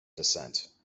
descent